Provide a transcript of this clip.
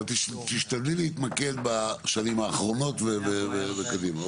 אבל תשתדלי להתמקד בשנים האחרונות וקדימה,